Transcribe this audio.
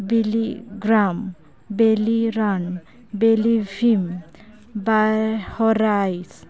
ᱵᱤᱞᱤ ᱜᱨᱟᱢ ᱵᱮᱞᱤᱨᱚᱱ ᱵᱮᱞᱤ ᱵᱷᱤᱢ ᱵᱟᱨᱦᱚᱨᱟᱭᱤᱥ